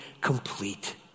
complete